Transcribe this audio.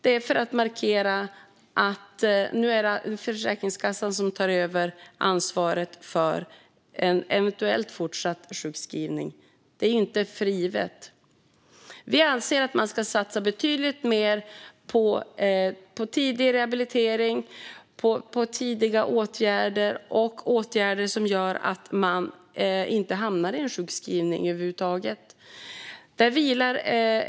Det är för att markera att det är Försäkringskassan som tar över ansvaret för en eventuell fortsatt sjukskrivning. Detta är inte givet. Vi anser att man ska satsa betydligt mer på tidig rehabilitering, på tidiga åtgärder och på åtgärder som gör att människor inte hamnar i sjukskrivning över huvud taget.